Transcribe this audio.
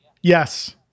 Yes